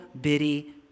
bitty